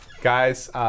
Guys